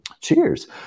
Cheers